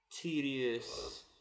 tedious